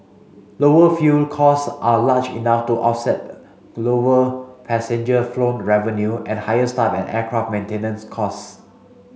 lower fuel costs are large enough to offset lower passenger flown revenue and higher staff and aircraft maintenance costs